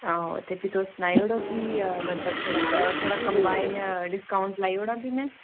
आहो ते फिर तुस सनाऊ उड़ो कि मतलब थोह्ड़ा थोह्ड़ा कम्बाइन डिस्काउंट लाई उड़ां फ्ही में